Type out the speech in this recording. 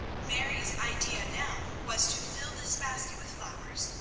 mary's idea now was to fill this basket with flowers,